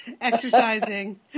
exercising